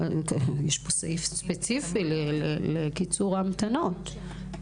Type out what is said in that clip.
לא, יש פה סעיף ספציפי לקיצור ההמתנות.